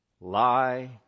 Lie